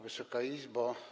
Wysoka Izbo!